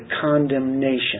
condemnation